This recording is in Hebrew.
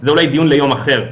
זה אולי דיון ליום אחר.